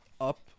up